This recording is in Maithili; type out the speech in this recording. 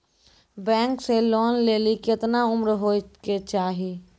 बैंक से लोन लेली केतना उम्र होय केचाही?